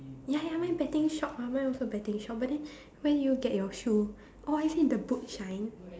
ya ya mine betting shop ah mine also betting shop but then when did you get your shoe or is it the boot shine